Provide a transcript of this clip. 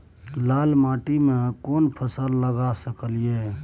लाल माटी में केना फसल लगा सकलिए?